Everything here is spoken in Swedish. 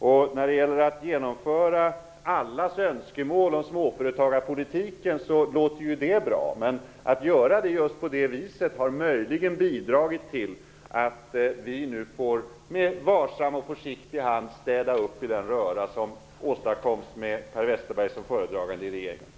Att man ville genomföra allas önskemål om småföretagarpolitiken låter ju bra, men att man gjorde det just på det viset har möjligen bidragit till att vi nu med varsam och försiktig hand får städa upp i den röra som åstadkoms med Per Westerberg som föredragande i regeringen.